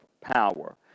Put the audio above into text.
power